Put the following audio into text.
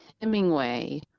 Hemingway